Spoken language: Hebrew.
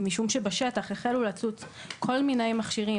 היא משום שבשטח החלו לצוץ כל מיני מכשירים